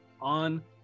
on